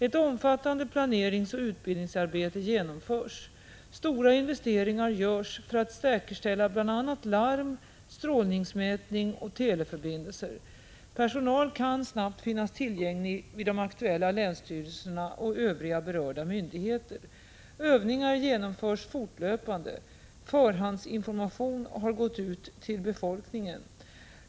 Ett omfattande planeringsoch utbildningsarbete genomförs. Stora investeringar görs för att säkerställa bl.a. larm, strålningsmätning och teleförbindelser. Personal kan snabbt finnas tillgänglig vid de aktuella länsstyrelserna och övriga berörda myndigheter. Övningar genomförs fortlöpande. Förhandsinformation har gått ut till befolkningen.